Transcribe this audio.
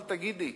אבל תגידי,